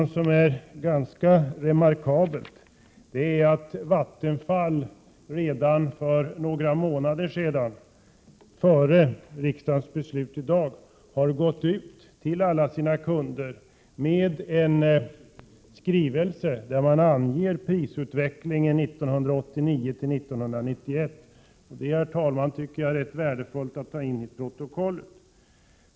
Något som är ganska remarkabelt är att Vattenfall redan för några månader sedan, alltså före riksdagens beslut i dag, har gått ut till alla sina kunder med en skrivelse där man anger prisutvecklingen 1989-1991. Det är, herr talman, rätt värdefullt att få detta noterat till protokollet.